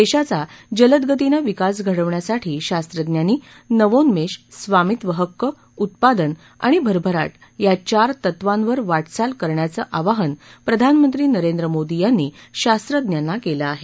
देशाचा जलदगतीनं विकास घडवण्यासाठी शास्वज्ञांनी नवोन्मेष स्वामित्व हक्क उत्पादन आणि भरभराट या चार तत्वांवर वाटघाल करण्याचं आवाहन प्रधानमंत्री नरेंद्र मोदी यांनी शास्वज्ञांना केलं आहे